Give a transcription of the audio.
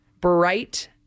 Bright